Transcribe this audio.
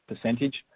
percentage